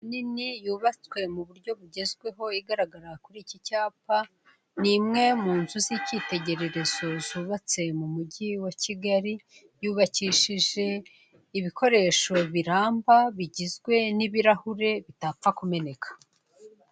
Nini yubatswe mu buryo buhezweho igaragara kuri iki cyapa ni imwe mu nzu z'ikitegererezo zubatse mu mugi wa Kigali, yubakishijwe ibikoresho biramba bigizwe n'ibirahure bitapfa kumeneka.